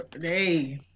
Hey